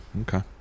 okay